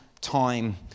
time